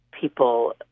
people